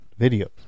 videos